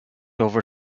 over